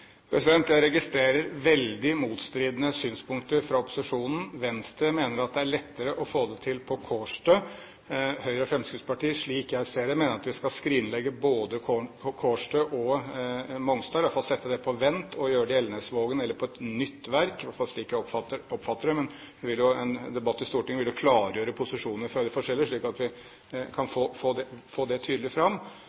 Jeg registrerer veldig motstridende synspunkter fra opposisjonen: Venstre mener at det er lettere å få det til på Kårstø, og Høyre og Fremskrittspartiet, slik jeg ser det, mener at vi skal skrinlegge det både på Kårstø og på Mongstad – i hvert fall sette det på vent og gjøre det i Elnesvågen eller på et nytt verk. Det er i alle fall slik jeg oppfatter det, men en debatt i Stortinget vil jo klargjøre posisjonene fra de forskjellige, slik at vi kan